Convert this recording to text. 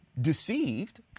deceived